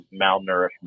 malnourishment